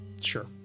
Sure